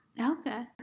Okay